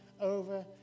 over